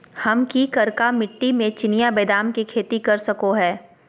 हम की करका मिट्टी में चिनिया बेदाम के खेती कर सको है?